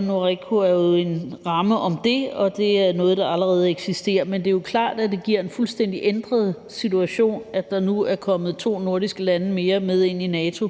NORDEFCO er jo en ramme om det, og det er noget, der allerede eksisterer, men det er klart, at det giver en fuldstændig ændret situation, at der nu er kommet to nordiske lande mere med ind i NATO.